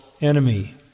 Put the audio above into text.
enemy